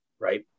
right